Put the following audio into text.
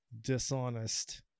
dishonest